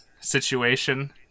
situation